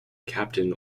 captain